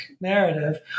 narrative